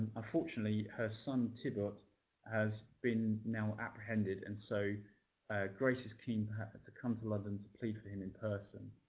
unfortunately, her son tibbot has been now apprehended. and so grace is keen to come to london to plead for him in person.